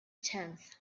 tenth